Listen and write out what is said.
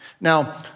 Now